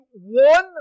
one